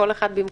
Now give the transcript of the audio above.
כל אחד במקומו,